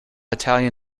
italian